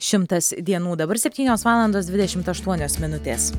šimtas dienų dabar septynios valandos dvidešimt aštuonios minutės